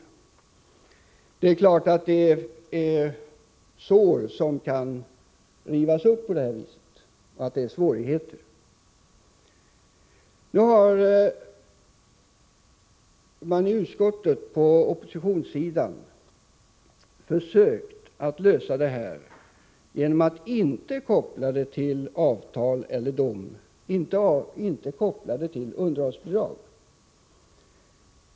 — Givetvis kan på detta sätt sår rivas upp, och det hela kan medföra svårigheter. Nu försökte utskottsmajoriteten lösa det hela genom att säga att bidragsförskottet inte skall vara kopplat till avtal eller dom, inte kopplat till underhållsbidrag.